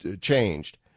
changed